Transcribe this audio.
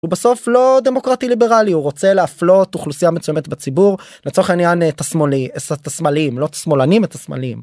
בסוף לא דמוקרטי-ליברלי הוא רוצה להפלות אוכלוסייה מסוימת בציבור, לצורך העניין את השמאליים לא את השמאלנים את השמאליים.